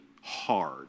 hard